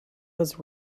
was